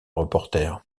reporter